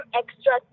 extra